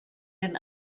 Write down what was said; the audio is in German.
den